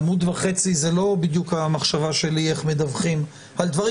עמוד וחצי זו לא בדיוק המחשבה שלי איך מדווחים על דברים